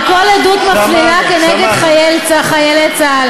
על כל עדות מפלילה כנגד חייל צה"ל.